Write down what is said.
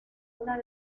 una